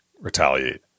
retaliate